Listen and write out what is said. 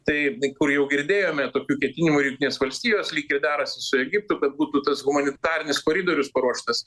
tai kur jau girdėjome tokių ketinimų ir jungtinės valstijos lyg ir derasi su egiptu kad būtų tas humanitarinis koridorius paruoštas